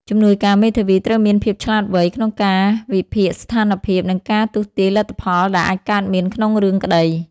ជំនួយការមេធាវីត្រូវមានភាពឆ្លាតវៃក្នុងការវិភាគស្ថានភាព និងការទស្សន៍ទាយលទ្ធផលដែលអាចកើតមានក្នុងរឿងក្តី។